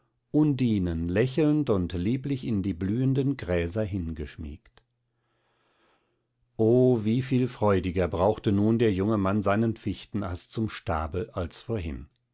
undinen lächelnd und lieblich in die blühenden gräser hingeschmiegt o wieviel freudiger brauchte nun der junge mann seinen fichtenast zum stabe als vorhin